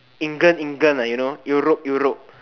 England England ah you know Europe Europe